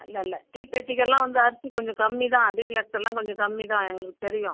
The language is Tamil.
இல்லேல்ல தீப்பெட்டிக்கெல்லாம் வந்து அரிசி கொஞ்சம் கம்மி தான் டீலக்ஸ்ஸலாம் கொஞ்சம் கம்மி தான் எங்களுக்கு தெரியும்